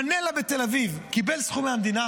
מנלה בתל אביב קיבל סכום מהמדינה?